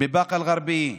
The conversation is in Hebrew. בבאקה אל-גרבייה,